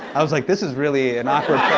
i was like, this is really an awkward